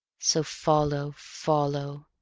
so follow, follow,